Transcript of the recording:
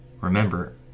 Remember